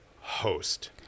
host